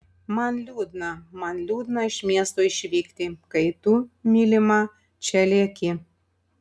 man liūdna man liūdna iš miesto išvykti kai tu mylima čia lieki